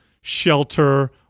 shelter